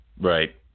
Right